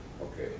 Okay